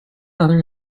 other